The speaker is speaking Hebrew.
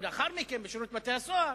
ולאחר מכן בשירות בתי-הסוהר